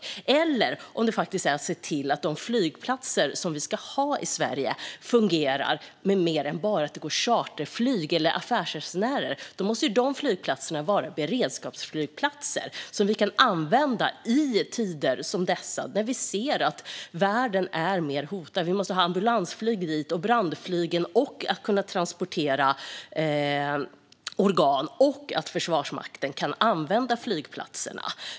Det handlar också om att se till att de flygplatser vi ska ha i Sverige fungerar till mer än att det bara går charterflyg eller flyg för affärsresenärer. I så fall måste de vara beredskapsflygplatser som vi kan använda i tider som dessa, då världen är mer hotad. Vi måste ha ambulansflyg och brandflyg, och vi måste kunna transportera organ. Och Försvarsmakten ska kunna använda flygplatserna.